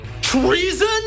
Treason